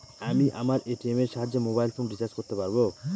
আমি আমার এ.টি.এম এর সাহায্যে মোবাইল ফোন রিচার্জ করতে পারব?